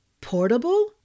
Portable